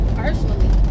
personally